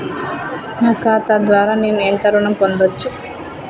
నా ఖాతా ద్వారా నేను ఎంత ఋణం పొందచ్చు?